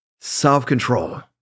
self-control